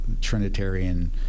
Trinitarian